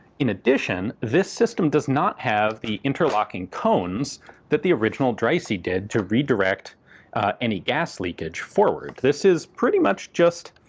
in addition, this system does not have the interlocking cones that the original dreyse did to redirect any gas leakage forward. this is pretty much just,